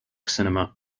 cinema